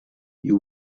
you